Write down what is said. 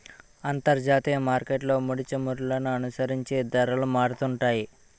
అంతర్జాతీయ మార్కెట్లో ముడిచమురులను అనుసరించి ధరలు మారుతుంటాయి